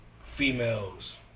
Females